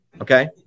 Okay